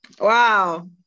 Wow